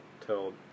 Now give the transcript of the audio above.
till